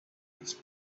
its